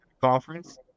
conference